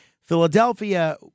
Philadelphia